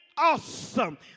awesome